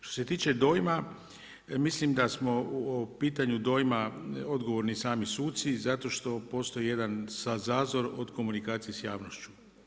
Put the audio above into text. Što se tiče dojma, mislim da smo u pitanju dojma odgovorni sami suci, zato što postoji jedan sazor od komunikacije s javnošću.